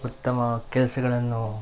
ಉತ್ತಮವಾ ಕೆಲಸಗಳನ್ನು